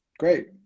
Great